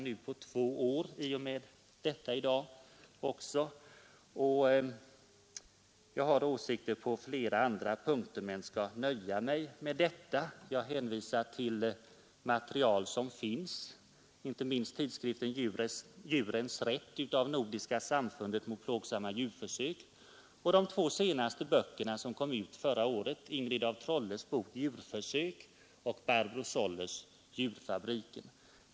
Ja, herr talman, alla djurskyddsfrågorna är mycket viktiga. Jag har åsikter på flera andra punkter men skall nöja mig med att hänvisa till det material som finns, inte minst tidskriften Djurens rätt, utgiven av Nordiska samfundet mot plågsamma djurförsök, och de två senaste böckerna i ämnet som kom ut förra året, Ingrid af Trolles bok Djurförsök och Barbro Sollers bok Djurfabriken.